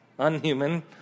unhuman